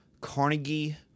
Carnegie